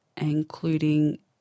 including